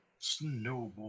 Snowboard